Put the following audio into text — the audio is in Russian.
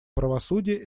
правосудия